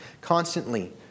constantly